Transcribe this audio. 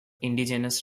indigenous